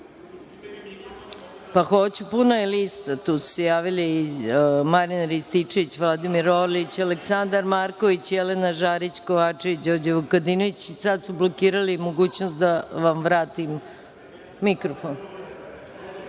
Puna je lista – Marijan Rističević, Vladimir Orlić, Aleksandar Marković, Jelena Žarić Kovačević, Đorđe Vukadinović i sada su blokirali mogućnost da vam vratim mikrofon.